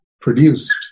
produced